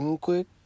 quick